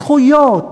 זכויות,